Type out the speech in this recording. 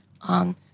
on